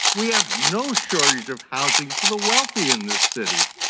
we have no shortage of housing for the wealthy in this city,